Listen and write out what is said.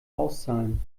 auszahlen